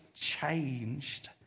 changed